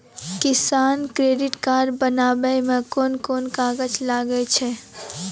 किसान credit card बनाबै मे कोन कोन कागज लागै छै?